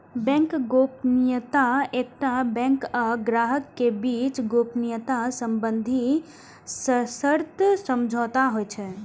bank गोपनीयता एकटा bank आ ग्राहक के बीच गोपनीयता संबंधी सशर्त समझौता होइ छै